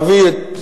אביא את